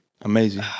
amazing